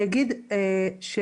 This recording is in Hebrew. אני